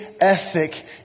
ethic